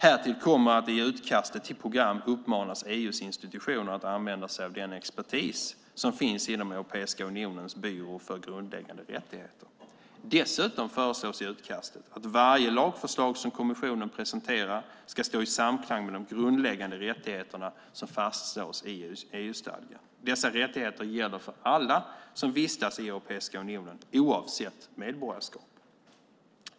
Härtill kommer att i utkastet till program uppmanas EU:s institutioner att använda sig av den expertis som finns inom Europeiska unionens byrå för grundläggande rättigheter. Dessutom föreslås i utkastet att varje lagförslag som kommissionen presenterar ska stå i samklang med de grundläggande rättigheterna som fastslås i EU-stadgan. Dessa rättigheter gäller för alla som vistas i Europeiska unionen oavsett medborgarskap.